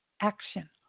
action